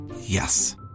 Yes